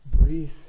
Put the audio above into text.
breathe